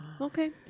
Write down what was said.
Okay